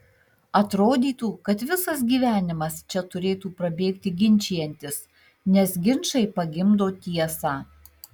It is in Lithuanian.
atrodytų kad visas gyvenimas čia turėtų prabėgti ginčijantis nes ginčai pagimdo tiesą